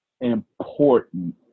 important